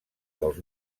dels